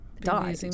die